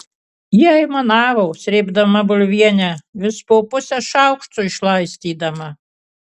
ji aimanavo srėbdama bulvienę vis po pusę šaukšto išlaistydama